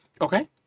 Okay